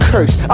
Curse